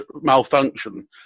malfunction